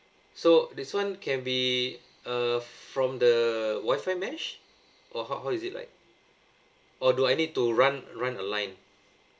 so this [one] can be uh from the wifi mesh or how how is it like or do I need to run run a line